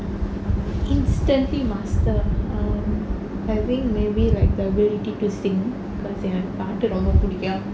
instantly master err having maybe like the ability to sing எனக்கு பாட்டு ரொம்ப புடிக்கும்:enakku paattu romba pudikkum